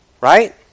Right